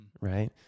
Right